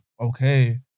Okay